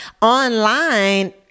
online